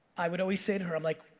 i would always say to her, um like,